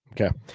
Okay